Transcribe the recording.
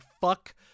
fuck